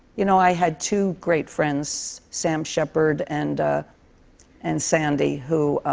you know, i had two great friends, sam shepard and and sandy, who